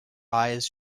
eyes